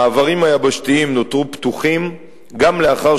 המעברים היבשתיים נותרו פתוחים גם לאחר